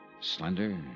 Slender